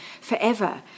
forever